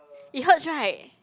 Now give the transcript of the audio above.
it hurts right